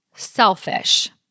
selfish